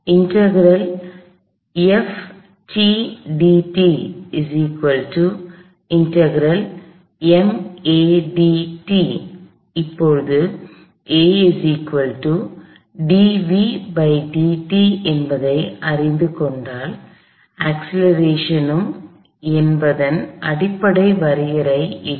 இப்போது a dvdt என்பதை அறிந்து கொண்டால் அக்ஸ்லெரேஷன் ம் என்பதன் அடிப்படை வரையறை இது